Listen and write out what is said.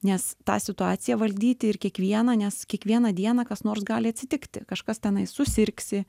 nes tą situaciją valdyti ir kiekvieną nes kiekvieną dieną kas nors gali atsitikti kažkas tenai susirgsi